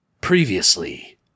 Previously